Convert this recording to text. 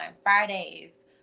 Fridays